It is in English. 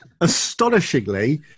Astonishingly